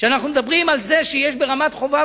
כשאנחנו מדברים על זה שיש ברמת-חובב